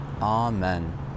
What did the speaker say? Amen